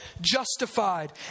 justified